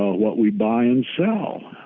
ah what we buy and sell,